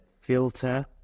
filter